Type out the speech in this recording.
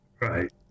Right